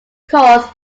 cause